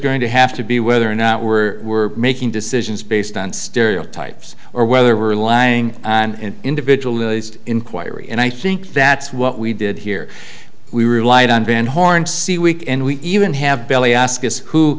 going to have to be whether or not we're we're making decisions based on stereotypes or whether we're lying and individual inquiry and i think that's what we did here we rely van horn see weekend we even have billy ask who who